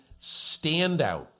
standout